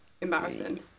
embarrassing